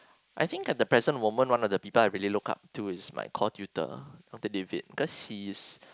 I think at the present moment one of the people I really look up to is my core tutor doctor David cause he's